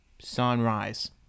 Sunrise